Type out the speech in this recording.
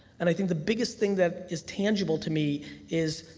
and i think the biggest thing that is tangible to me is,